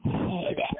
head